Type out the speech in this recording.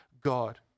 God